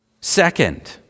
Second